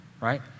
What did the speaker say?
right